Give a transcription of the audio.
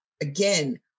again